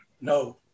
No